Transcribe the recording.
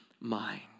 mind